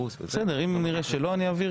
הישיבה ננעלה